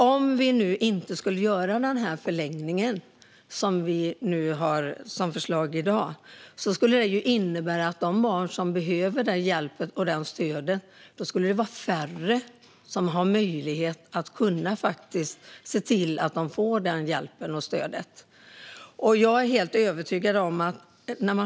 Om vi inte skulle genomföra den förlängning som vi föreslår i dag skulle det innebära att färre skulle ha möjlighet att se till att barnen får den hjälp och det stöd som de behöver.